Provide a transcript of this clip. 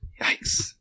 Yikes